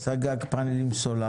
הוא עשה גג פאנלים סולריים,